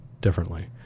differently